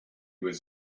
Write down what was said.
was